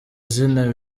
izina